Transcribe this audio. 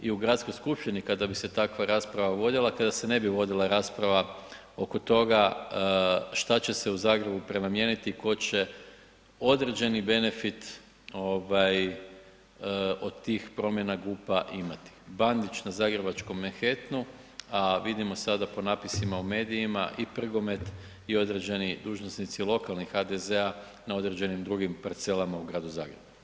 I u Gradskoj skupštini kada bi se takva rasprava vodila, kada se ne bi vodila rasprava oko toga šta će se u Zagrebu prenamijeniti, tko će određeni benefit od tih promjena GUP-a imati, Bandić na zagrebačkom Manhattmanu a vidimo sada po napisima u medijima i Prgomet i određeni dužnosnici lokalnih HDZ-a na određenim drugim parcelama u gradu Zagrebu.